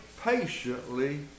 patiently